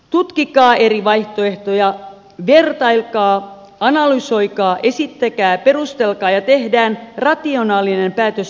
tutkikaa eri vaihtoehtoja vertailkaa analysoikaa esittäkää perustelkaa ja tehdään rationaalinen päätös yhteistuumin